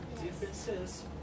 differences